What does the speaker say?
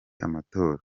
amatora